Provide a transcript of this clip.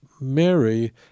Mary